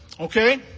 Okay